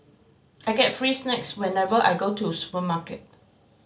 I get free snacks whenever I go to the supermarket